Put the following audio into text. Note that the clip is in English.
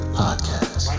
podcast